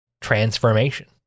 transformation